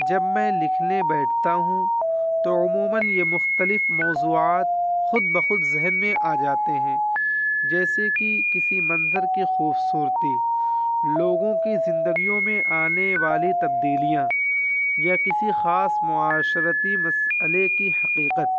جب میں لکھنے بیٹھتا ہوں تو عموماً یہ مختلف موضوعات خود بخود ذہن میں آ جاتے ہیں جیسے کہ کسی منظر کی خوبصورتی لوگوں کی زندگیوں میں آنے والی تبدیلیاں یا کسی خاص معاشرتی مسئلے کی حقیقت